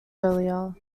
earlier